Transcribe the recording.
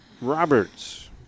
Roberts